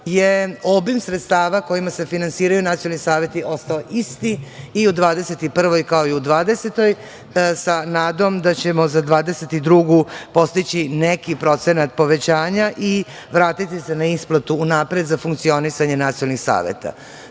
je obim sredstava kojima se finansiraju nacionalni saveti ostao isti i u 2021. godini, kao i u 2020. godini, sa nadom da ćemo za 2022. godinu postići neki procenat povećanja i vratiti se na isplatu unapred, za funkcionisanje nacionalnih saveta. Takođe,